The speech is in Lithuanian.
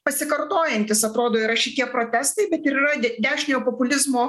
pasikartojantys atrodo yra šitie protestai bet ir yra dešiniojo populizmo